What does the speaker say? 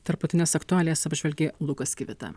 tarptautines aktualijas apžvelgė lukas kvita